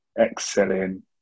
excelling